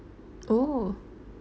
oh